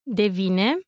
devine